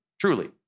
truly